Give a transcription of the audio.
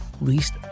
least